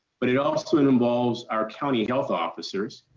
but it also and involves our county health officers.